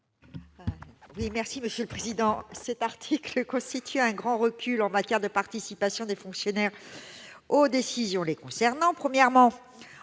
Assassi, sur l'article. Cet article constitue un grand recul en matière de participation des fonctionnaires aux décisions les concernant. Premièrement,